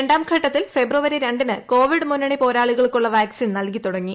രണ്ടാം ഘട്ടത്തിൽ ഫെബ്രുവരി രണ്ടിന് കോവിഡ് മുന്നണിപോരാളികൾക്കുള്ള വാക്സിൻ നല്കി തുടങ്ങി